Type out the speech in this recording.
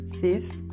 Fifth